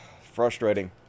Frustrating